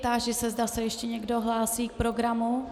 Táži se, zda se ještě někdo hlásí k programu.